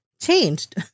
changed